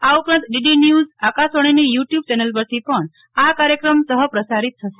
આ ઉપરાંત DD news આકાશવાણીની યુ ટયુબ ચેનલ પરથી પણ આ ક ાર્યક્રમ સહપ્રસારિત થશે